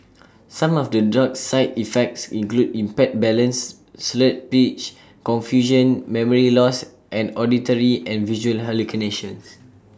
some of the drug's side effects include impaired balance slurred speech confusion memory loss and auditory and visual hallucinations